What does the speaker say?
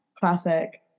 Classic